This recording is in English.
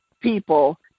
people